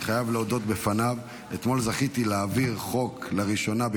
אני חייב להודות בפניו: אתמול זכיתי להעביר לראשונה חוק